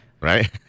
right